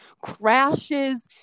crashes